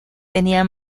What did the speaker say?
tenia